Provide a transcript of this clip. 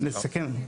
כן.